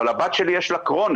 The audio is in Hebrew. אבל לבת שלי יש קרון,